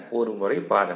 ஒரு முறை பாருங்கள்